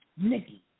Nikki